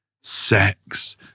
sex